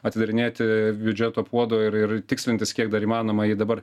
atidarinėti biudžeto puodo ir tikslintis kiek dar įmanoma jį dabar